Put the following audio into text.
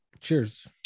cheers